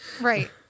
Right